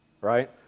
right